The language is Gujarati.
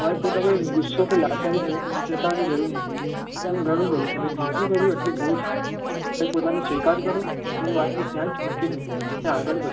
તમારે પોતાનો એ ગુસ્સો કે લાચારી જતાવવાની જરૂર નથી તમે ઘણું કર્યું તમે જેટલું કર્યું એટલું બહુ છે તમે પોતાને સ્વીકાર કરો ને એ વાતને ત્યાં જ મૂકી દો અને આગળ વધો